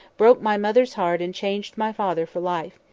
broke my mother's heart, and changed my father for life.